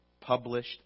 published